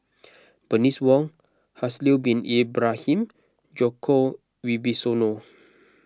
Bernice Wong Haslir Bin Ibrahim Djoko Wibisono